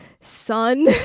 Son